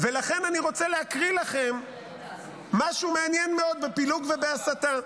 לכן אני רוצה להקריא לכם משהו מעניין מאוד בפילוג ובהסתה.